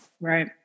right